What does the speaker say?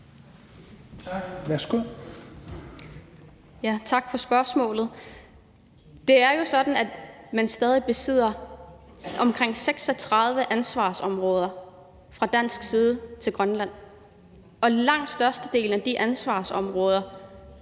(SIU): Tak for spørgsmålet. Det er jo sådan, at man stadig besidder omkring 36 ansvarsområder fra dansk side i forhold til Grønland, og i forbindelse med langt størstedelen af de ansvarsområder